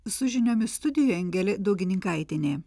su žiniomis studijoj angelė daugininkaitienė